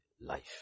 life